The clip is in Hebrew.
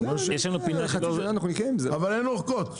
אין ארכות,